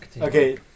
Okay